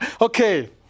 okay